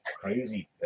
crazy